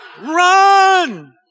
run